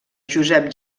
josep